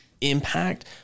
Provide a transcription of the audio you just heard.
impact